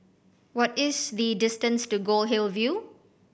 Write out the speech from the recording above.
what is the distance to Goldhill View